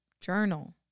journal